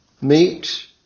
meet